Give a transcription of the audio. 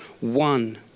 one